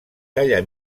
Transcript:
talla